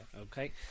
okay